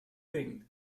thing